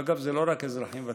אגב, אלה לא רק אזרחים ותיקים,